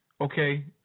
okay